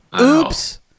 Oops